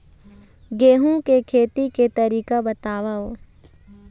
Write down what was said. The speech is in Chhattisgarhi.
गेहूं के खेती के तरीका बताव?